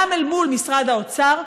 גם אל מול משרד האוצר,